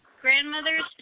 grandmother's